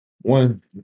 One